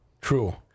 True